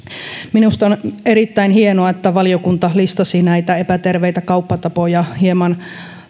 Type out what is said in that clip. minusta on erittäin hienoa että valiokunta listasi näitä epäterveitä kauppatapoja hieman